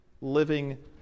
living